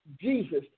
Jesus